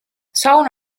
saun